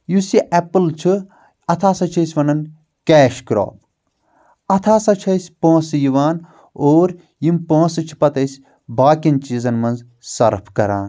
یُس یہِ ایٚپل چھُ اتھ ہسا چھِ أسۍ ونان کیش کراپ اتھ ہسا چھ اسہِ پونٛسہٕ یِوان اور یِم پونٛسہٕ چھِ پتہٕ أسۍ باقی ین چیزن منٛز صرف کران